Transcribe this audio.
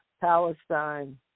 Palestine